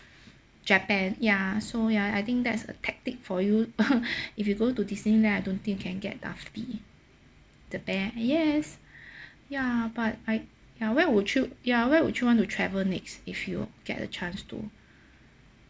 japan ya so ya I think that's a tactic for you if you go to disneyland I don't think you can get duffy the bear yes ya but I ya where would you ya where would you want to travel next if you get a chance to